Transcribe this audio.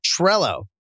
Trello